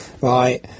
Right